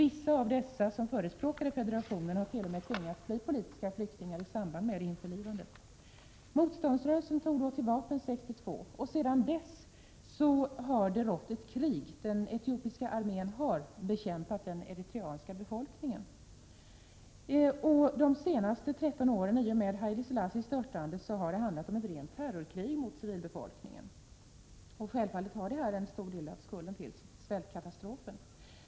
Många av dem som förespråkade federation tvingades bli politiska flyktingar i samband med införlivandet. Motståndsrörelsen tog till vapen 1962. Sedan dess har det rått ett krig. Den etiopiska armén har bekämpat den eritreanska befolkningen. De senaste 13 åren, sedan Haile Selassie störtades, har det handlat om ett rent terrorkrig mot civilbefolkningen. Självfallet är detta till en stor del skulden till svältkatastrofen.